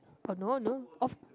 oh no no of